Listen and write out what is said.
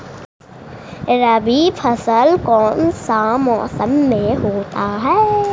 रवि फसल कौन सा मौसम में होते हैं?